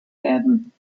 werden